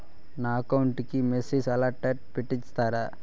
నా అకౌంట్ కి message alert పెట్టిస్తారా